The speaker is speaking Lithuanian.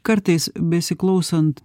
kartais besiklausant